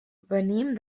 venim